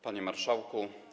Panie Marszałku!